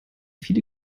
viele